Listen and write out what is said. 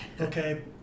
Okay